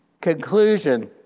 Conclusion